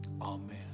Amen